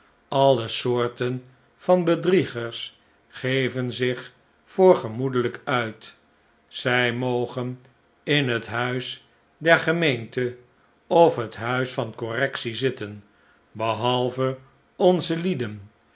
alle soorten van bedriegers geven zich voor gemoedelijk uit zij mogen in het huis dergemeente of het huis van correctie zitten behalve onze lieden